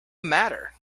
matter